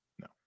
no